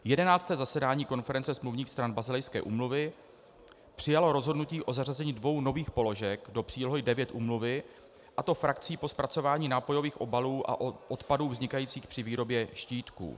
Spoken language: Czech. Jedenácté zasedání konference smluvních stran Basilejské úmluvy přijalo rozhodnutí o zařazení dvou nových položek do přílohy IX úmluvy, a to frakcí po zpracování nápojových obalů a odpadů vznikajících při výrobě štítků.